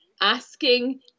asking